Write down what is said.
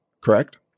correct